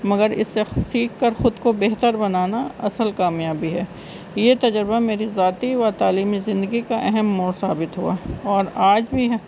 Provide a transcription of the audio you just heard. مگر اس سے سیکھ کر خود کو بہتر بنانا اصل کامیابی ہے یہ تجربہ میری ذاتی و تعلیمی زندگی کا اہم م ثابت ہوا اور آج بھی ہے